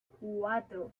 cuatro